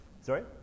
Sorry